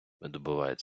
видобувають